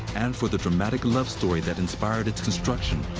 and for the dramatic love story that inspired its construction,